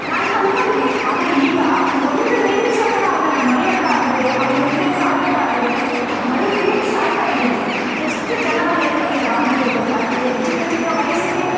ನಾನು ಕಳ್ಕೊಂಡ್ವಿ ಆದರೆ ಈಗ ಒಂದು ನಿಮಿಷ ಕೂಡ ಅವನನ್ನ ಮರೆಯಕ್ಕಾಗದೆ ಅವನು ಹಿಂದೆ ಸಾಯೋಕ್ಕಾಗದೆ ಬದುಕಿ ಸಾಯ್ತಾ ಇದ್ದೀವಿ ಎಷ್ಟು ಜನ ಲೈಫಲ್ಲಿ ಇದು ಆಗಿದೆ ಗೊತ್ತ ಚಿಕ್ಕ ಚಿಕ್ಕ ವಯಸ್ಸಿಗೆ